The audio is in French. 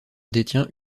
détient